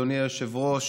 אדוני היושב-ראש,